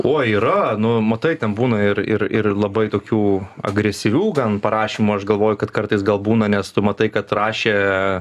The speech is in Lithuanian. oi yra nu matai ten būna ir ir ir labai tokių agresyvių gan parašymų aš galvoju kad kartais gal būna nes tu matai kad rašė